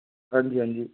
हां जी हां जी